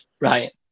right